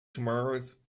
tomorrows